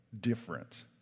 different